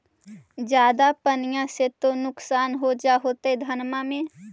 ज्यादा पनिया से तो नुक्सान हो जा होतो धनमा में?